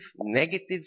negative